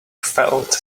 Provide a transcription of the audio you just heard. felt